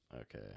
Okay